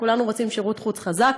כולנו רוצים שירות חוץ חזק